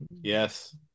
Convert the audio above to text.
yes